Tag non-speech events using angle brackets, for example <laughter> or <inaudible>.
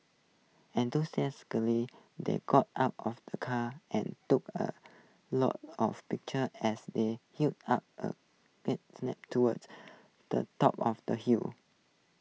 enthusiastically they got out of the car and took A lot of pictures as they hiked up A <unintelligible> towards the top of the hill